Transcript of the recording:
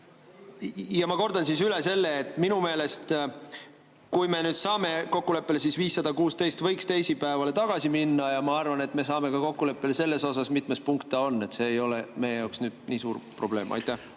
Ma kordan üle, et minu meelest, kui me nüüd saame kokkuleppele, siis võiks eelnõu 516 teisipäevale tagasi panna. Ja ma arvan, et me saame kokkuleppele ka selles osas, mitmes punkt ta on, see ei ole meie jaoks nüüd nii suur probleem. Aitäh!